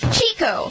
Chico